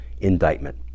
indictment